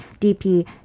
DP